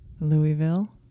Louisville